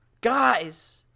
Guys